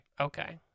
Okay